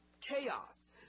chaos